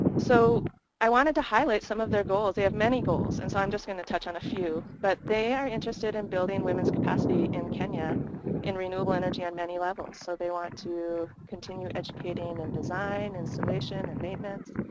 so i wanted to highlight some of their goals. they have many goals and so i'm just going to touch on a few. but they are interested in building women's capacity in kenya in renewable energy on many levels. so they want to continue educating and design, installation and maintenance.